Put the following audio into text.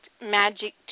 Magic